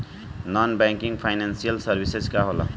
Non banking financial services का होला?